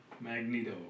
Magneto